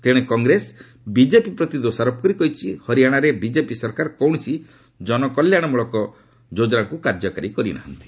ତେଣେ କଂଗ୍ରେସ ବିଜେପି ପ୍ରତି ଦୋଷାରୋପ କରି କହିଛି ହରିଆଣାରେ ବିଜେପି ସରକାର କୌଣସି ଜନକଲ୍ୟାଣ ମୂଳକ ଯୋଜନା କରିନାହାନ୍ତି